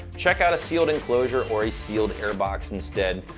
check out a sealed enclosure or a sealed air box instead.